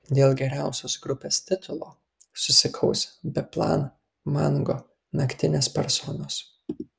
dėl geriausios grupės titulo susikaus biplan mango naktinės personos